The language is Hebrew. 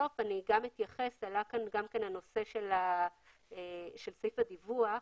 עלה כאן הנושא של סעיף הדיווח.